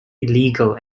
illegal